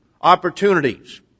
opportunities